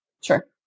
Sure